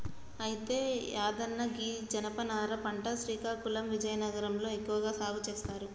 అయితే యాదన్న గీ జనపనార పంట శ్రీకాకుళం విజయనగరం లో ఎక్కువగా సాగు సేస్తారు